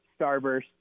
starburst